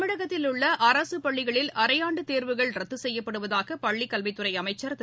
தமிழகத்தில் உள்ள அரசு பள்ளிகளில் அரையாண்டு தேர்வுகள் ரத்து செய்யப்படுவதாக பள்ளிக்கல்வித்துறை அமைச்ச்திரு